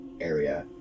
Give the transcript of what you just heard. area